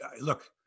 look